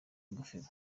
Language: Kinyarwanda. ingofero